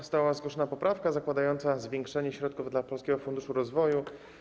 Została zgłoszona poprawka zakładająca zwiększenie środków dla Polskiego Funduszu Rozwoju.